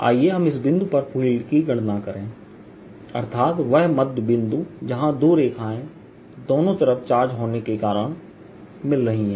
आइए हम इस बिंदु पर फील्ड की गणना करें अर्थात वह मध्य बिंदु जहां दो रेखाएं दोनों तरफ चार्ज होने के कारण मिल रही हैं